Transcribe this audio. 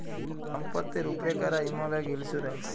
ছম্পত্তির উপ্রে ক্যরা ইমল ইক ইল্সুরেল্স